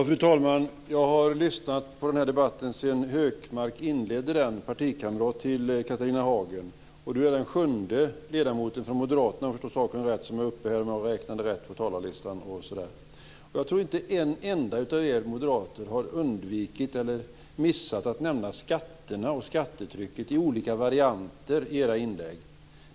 Fru talman! Jag har lyssnat på den här debatten sedan Gunnar Hökmark - partikamrat till Catharina Hagen - inledde den. Om jag har räknat rätt är Catharina Hagen den sjunde ledamoten från moderaterna som är uppe i talarstolen, och jag tror inte att en enda av er moderater har missat att nämna skatterna och skattetrycket i olika varianter i era inlägg.